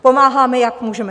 Pomáháme, jak můžeme.